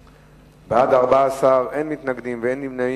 בעד, 14, אין מתנגדים ואין נמנעים.